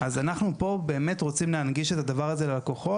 אז אנחנו פה באמת רוצים להנגיש את הדבר הזה ללקוחות.